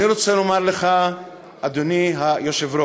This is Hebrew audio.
אני רוצה לומר לך, אדוני היושב-ראש,